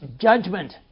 judgment